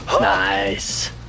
Nice